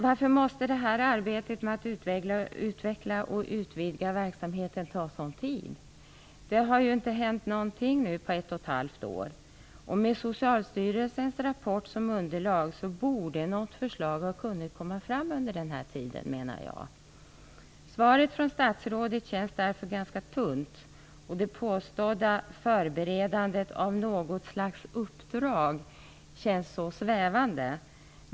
Varför måste arbetet med att utveckla och utvidga verksamheten ta en sådan tid? Ingenting har hänt på ett och ett halvt år. Med Socialstyrelsens rapport som underlag borde något förslag ha hunnit komma fram under den här tiden, menar jag. Svaret från statsrådet känns därför ganska tunt, och det påstådda förberedandet av något slags uppdrag känns så svävande.